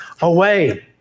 away